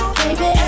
baby